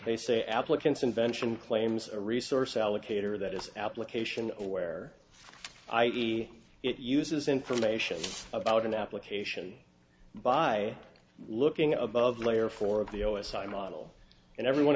they say applicants invention claims a resource allocator that is application aware i e it uses information about an application by looking above layer four of the o s i model and everyone